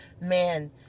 man